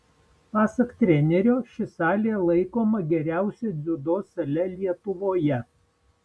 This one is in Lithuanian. pasak trenerio ši salė laikoma geriausia dziudo sale lietuvoje